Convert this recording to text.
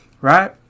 Right